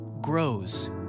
grows